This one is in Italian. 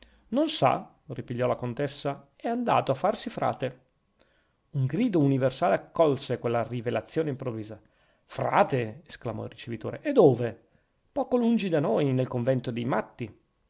non sa ripigliò la contessa è andato a farsi frate un grido universale accolse quella rivelazione improvvisa frate esclamò il ricevitore e dove poco lungi da noi nel convento dei matti